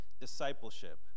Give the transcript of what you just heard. discipleship